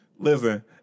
Listen